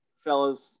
fellas